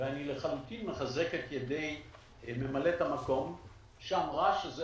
ואני לחלוטין מחזק את ידי ממלאת המקום שאמרה שזה